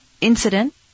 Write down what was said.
incident